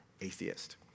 atheist